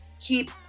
keep